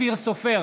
אופיר סופר,